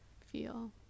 Feel